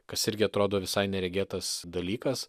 kas irgi atrodo visai neregėtas dalykas